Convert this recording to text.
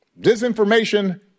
disinformation